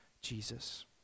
Jesus